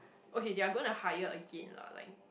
okay they are to doing to hire a gate lah like